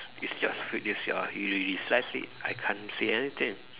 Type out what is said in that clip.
it's it's just food it's your you dislike it I can't say anything